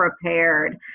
prepared